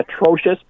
atrocious